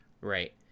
Right